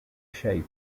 shape